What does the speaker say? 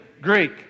Greek